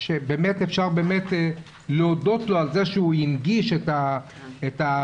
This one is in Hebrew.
ואפשר באמת להודות לו על זה שהוא הנגיש את השאלות